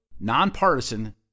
nonpartisan